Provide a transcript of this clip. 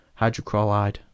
Hydrochloride